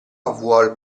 vuol